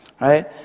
right